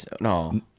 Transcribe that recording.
No